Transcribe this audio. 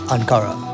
Ankara